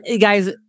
guys